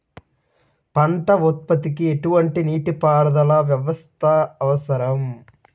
పంట ఉత్పత్తికి ఎటువంటి నీటిపారుదల వ్యవస్థ అవసరం?